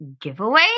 giveaway